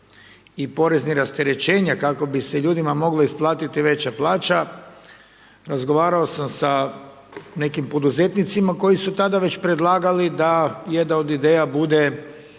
i poreznih rasterećenja kako bi se ljudima mogla isplatiti veća plaća razgovarao sam sa nekim poduzetnicima koji su tada već predlagali da jedna od ideja bude